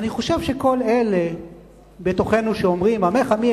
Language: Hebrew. אני חושב שכל אלה בתוכנו שאומרים: עמך עמי,